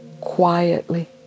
quietly